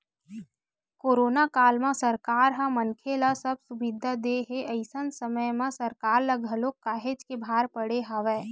corona काल म सरकार ह मनखे ल सब सुबिधा देय हे अइसन समे म सरकार ल घलो काहेच के भार पड़े हवय